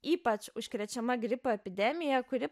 ypač užkrečiama gripo epidemija kuri